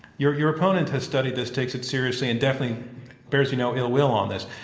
your your opponent has studied this, takes it seriously, and definitely bears you no ill will on this.